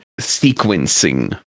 sequencing